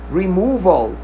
removal